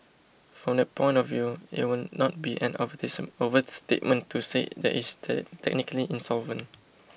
from that point of view it would not be an overstatement to say that is technically insolvent